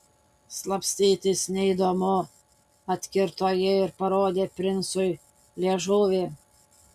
slapstytis neįdomu atkirto ji ir parodė princui liežuvį